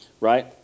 right